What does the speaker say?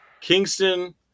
Kingston